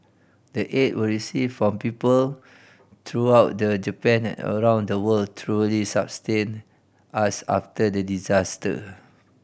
the aid we received from people throughout the Japan and around the world truly sustained us after the disaster